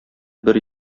бер